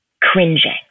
cringing